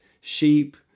sheep